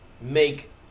make